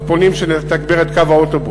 אז פונים שנתגבר את קו האוטובוס.